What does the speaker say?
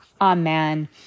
Amen